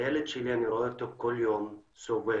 הילד שלי, אני רואה אותו כל יום סובל.